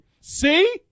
See